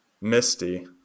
Misty